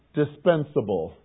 dispensable